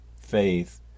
faith